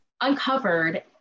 uncovered